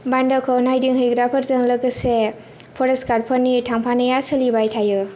बान्दोखौ नायदिं हैग्राफोरजों लोगोसे फरेस्ट गार्डफोरनि थांफानाया सोलिबाय थायो